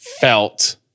felt